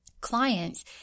clients